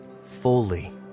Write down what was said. fully